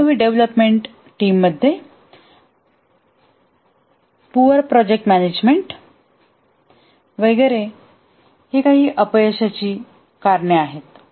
अनुभवी डेव्हलपमेंट टीममध्ये खराब प्रोजेक्ट मॅनेजमेंट वगैरे हे अपयशाची काही कारणे आहेत